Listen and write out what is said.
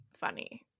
funny